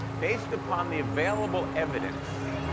based upon the available evidence,